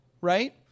right